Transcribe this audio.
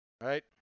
Right